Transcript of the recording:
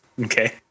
okay